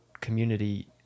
community